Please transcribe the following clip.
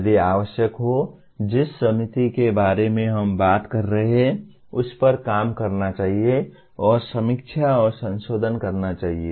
यदि आवश्यक हो जिस समिति के बारे में हम बात कर रहे हैं उस पर काम करना चाहिए और समीक्षा और संशोधन करना चाहिए